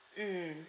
mm